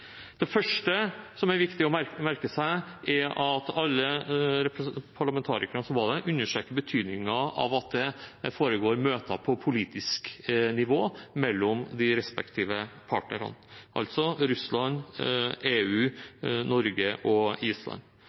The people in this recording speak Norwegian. Det første som er viktig å merke seg, er at alle parlamentarikerne som var der, understreket betydningen av at det foregår møter på politisk nivå mellom de respektive partnerne, altså Russland, EU, Norge og Island.